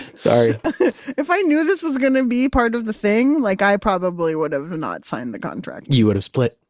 sorry if i knew this was going to be part of the thing, like i probably would have not signed the contract you would have split?